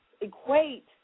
equate